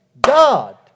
God